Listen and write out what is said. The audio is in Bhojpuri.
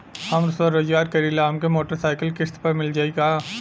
हम स्वरोजगार करीला हमके मोटर साईकिल किस्त पर मिल जाई का?